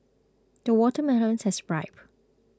the watermelons has ripened